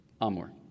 Amor